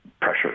pressure